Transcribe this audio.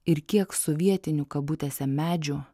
ir kiek sovietinių kabutėse medžių